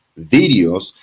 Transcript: videos